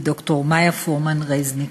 וד"ר מאיה פורמן-רזניק.